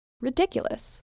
ridiculous